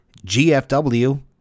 GFW